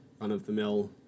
run-of-the-mill